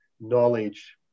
knowledge